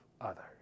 others